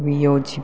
വിയോജിപ്പ്